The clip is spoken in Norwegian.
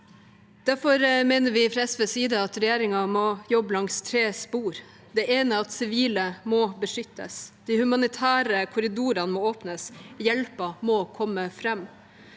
Derfor mener vi fra SVs side at regjeringen må jobbe langs tre spor. Det ene er at sivile må beskyttes. De humanitære korridorene må åpnes, hjelpen må komme fram.